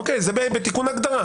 אוקיי, זה בתיקון הגדרה.